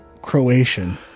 Croatian